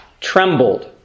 trembled